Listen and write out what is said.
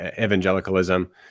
evangelicalism